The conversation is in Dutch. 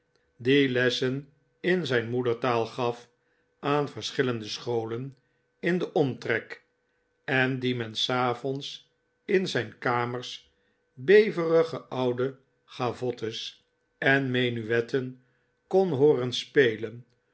lessen in zijn moedertaal gaf aan verschillende scholen in den omtrek en dien men s avonds in zijn kamers beverige oude gavottes en menuetten kon hooren spelen